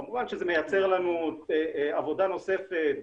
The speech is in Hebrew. כמובן שזה מייצר לנו עבודה נוספת,